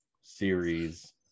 series